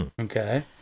Okay